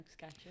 gotcha